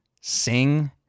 sing